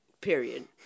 Period